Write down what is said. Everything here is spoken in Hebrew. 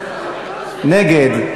נגד,